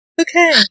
Okay